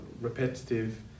repetitive